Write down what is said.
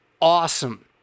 awesome